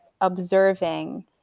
observing